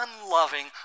unloving